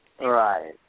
Right